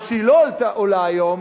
מה שהיא לא עולה היום,